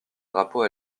drapeau